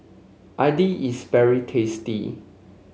Idili is very tasty